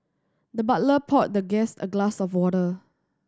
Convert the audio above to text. the butler poured the guest a glass of water